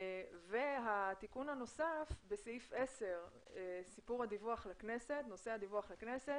התיקון הנוסף בסעיף 10, נושא הדיווח לכנסת.